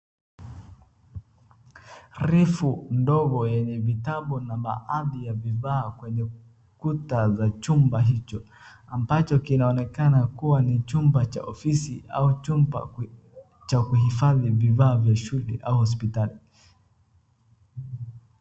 Rafu ndogo yenye vitabu na baadhi ya vifaa kwenye kuta za chumba hicho ambacho kinaonekana kuwa ni chumba cha ofisi au chumba cha kuhifadhi vifaa vya shule au hospitali.